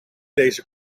deze